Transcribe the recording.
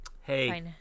Hey